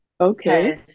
Okay